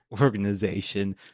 organization